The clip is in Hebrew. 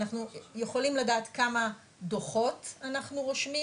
אנחנו יכולים לדעת כמה דו"חות אנחנו רושמים,